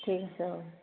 ঠিক আছে অঁ